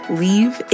leave